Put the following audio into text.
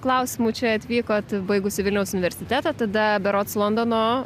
klausimų čia atvykot baigusi vilniaus universitetą tada berods londono